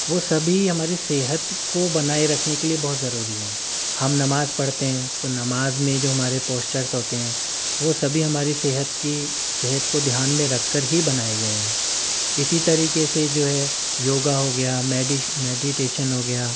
وہ سبھی ہماری صحت کو بنائے رکھنے کے لیے بہت ضروری ہیں ہم نماز پڑھتے ہیں تو نماز میں جو ہمارے پوسچرز ہوتے ہیں وہ سبھی ہماری صحت کی صحت کو دھیان میں رکھ کر ہی بنائے گیے ہیں اسی طریقے سے جو ہے یوگا ہو گیا میڈیٹیشن ہو گیا